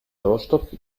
sauerstoff